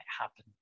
happen